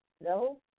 No